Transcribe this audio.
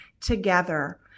together